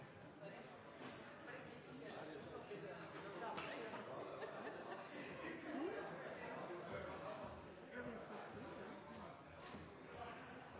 tillegg har jeg lyst til å